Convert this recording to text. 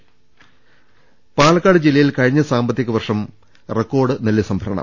ദർവ്വെട്ടറ പാലക്കാട് ജില്ലയിൽ കുഴിഞ്ഞ സാമ്പത്തിക വർഷം റെക്കോർഡ് നെല്ല് സംഭരണം